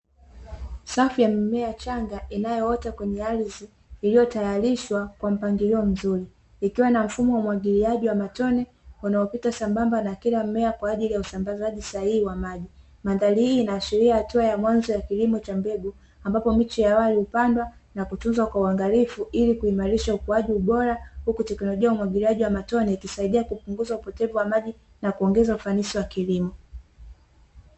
Safu ya mimea changa, inayoota kwenye ardhi iliyotayarishwa kwa mpangilio mzuri, ikiwa na mfumo wa umwagiliaji wa matone unaopita sambamba na kila mmea kwa ajili ya usambazaji sahihi wa maji. Mandhari hii inaashiria hatua ya mwanzo ya kilimo cha mbegu, ambapo miche awali hupandwa na kutunzwa kwa uangalifu ili kuimarisha ukuaji bora, huku tekinolojia ya umwagiliaji wa matone ikisaidia kupunguza upotevu wa maji na kuongeza ufanisi wa kilimo.